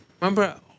Remember